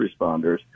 responders